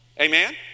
Amen